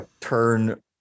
turn